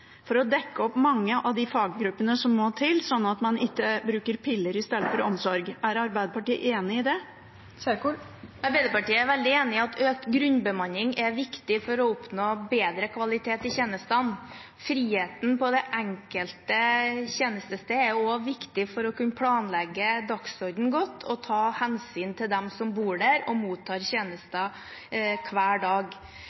for å dekke opp mange av de faggruppene som må til, sånn at man ikke bruker piller istedenfor omsorg. Er Arbeiderpartiet enig i det? Arbeiderpartiet er veldig enig i at økt grunnbemanning er viktig for å oppnå bedre kvalitet i tjenestene. Friheten på det enkelte tjenestested er også viktig for å kunne planlegge dagsordenen godt og ta hensyn til dem som bor der og mottar